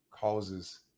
causes